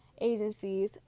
agencies